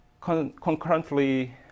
concurrently